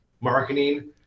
marketing